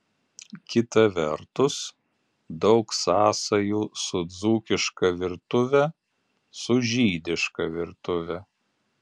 kita vertus daug sąsajų su dzūkiška virtuve su žydiška virtuve